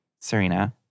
Serena